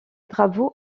travaux